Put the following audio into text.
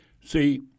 See